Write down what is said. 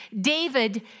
David